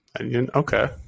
Okay